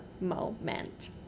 moment